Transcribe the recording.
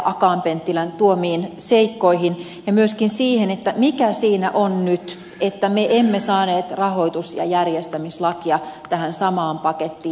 akaan penttilän esille tuomiin seikkoihin ja myöskin siihen mikä siinä nyt on että me emme saaneet rahoitus ja järjestämislakia tähän samaan pakettiin